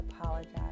apologize